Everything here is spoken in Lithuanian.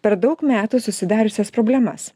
per daug metų susidariusias problemas